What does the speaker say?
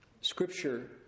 scripture